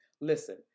Listen